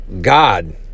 God